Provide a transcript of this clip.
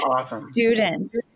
students